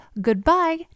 goodbye